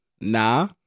Nah